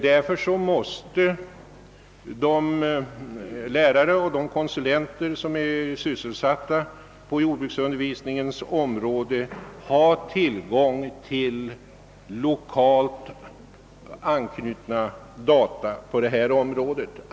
Därför måste de lärare och konsulenter, som är sysselsatta på jordbruksundervisningens område, ha tillgång till lokalt anknutna försök av olika slag.